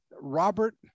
Robert